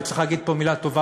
וצריך להגיד פה מילה טובה,